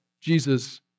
Jesus